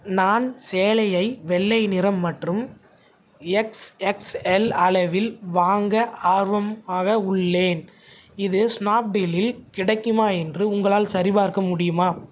நான் சேலையை வெள்ளை நிறம் மற்றும் எக்ஸ்எக்ஸ்எல் அளவில் வாங்க ஆர்வம் ஆக உள்ளேன் இது ஸ்னாப்டீலில் கிடைக்குமா என்று உங்களால் சரிபார்க்க முடியுமா